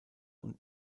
und